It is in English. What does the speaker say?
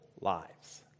lives